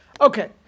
Okay